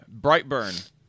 Brightburn